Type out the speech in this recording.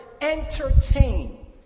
entertain